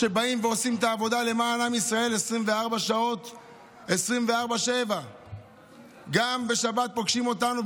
שבאים ועושים את העבודה למען עם ישראל 24/7. גם בשבת פוגשים אותנו,